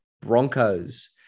Broncos